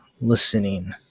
listening